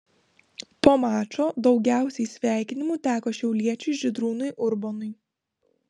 po mačo daugiausiai sveikinimų teko šiauliečiui žydrūnui urbonui